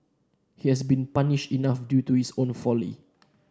he has been punished enough due to his own folly